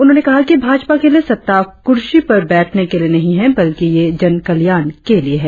उन्होंने कहा कि भाजपा के लिए सत्ता कुर्सी पर बैठने के लिए नहीं है बल्कि यह जनकल्याण के लिए है